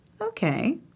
Okay